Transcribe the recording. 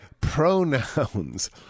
pronouns